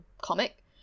comic